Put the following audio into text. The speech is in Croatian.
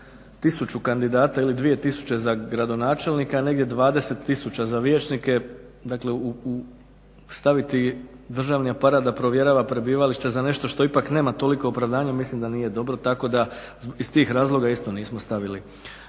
tisuću kandidata ili 2 tisuće za gradonačelnika, negdje 20 tisuća za vijećnike, dakle staviti državni aparat da provjerava prebivalište za nešto što ipak nema toliko opravdanje, mislim da nije dobro, tako da iz tih razloga isto nismo stavili